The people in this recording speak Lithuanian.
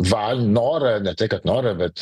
val norą ne tai kad norą bet